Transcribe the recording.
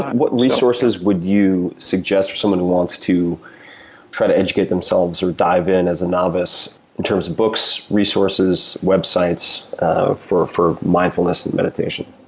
what resources would you suggest for someone who wants to try to educate themselves or dive in as a novice in terms of books, resources, websites ah for for mindfulness and meditation?